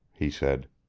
he said.